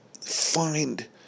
find